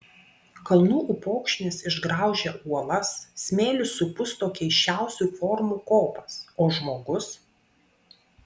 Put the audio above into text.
kalnų upokšnis išgraužia uolas smėlis supusto keisčiausių formų kopas o žmogus